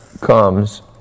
comes